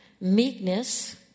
meekness